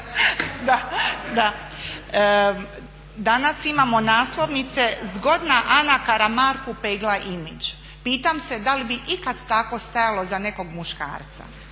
Glavak danas imamo naslovnice "Zgodna Ana Karamarku pegla imidž". Pitam se da li bi ikad tako stajalo za nekog muškarca?